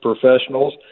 professionals